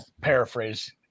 paraphrase